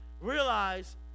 realize